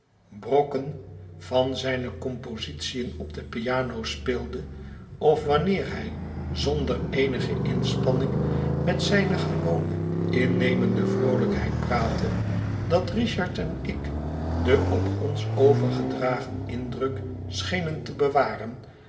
brokken van zijne compositiën op de piano speelde of wanneer hij zonder eenige inspanning met zijne gewone innemende vroolijkheid praatte dat richard en ik den op ons overgedragen indruk schenen te bewaren